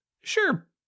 sure